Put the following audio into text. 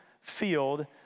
field